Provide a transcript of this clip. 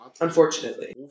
unfortunately